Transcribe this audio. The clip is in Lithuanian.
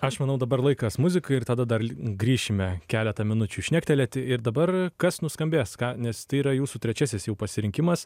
aš manau dabar laikas muzikai ir tada dar grįšime keletą minučių šnektelėti ir dabar kas nuskambės ką nes tai yra jūsų trečiasis jau pasirinkimas